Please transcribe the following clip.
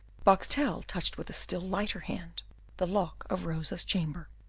boxtel touched with a still lighter hand the lock of rosa's chamber.